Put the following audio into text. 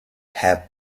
had